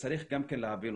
שצריך גם כן להבין.